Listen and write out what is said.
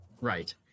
right